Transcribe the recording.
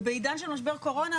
ובעידן של משבר קורונה,